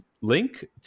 link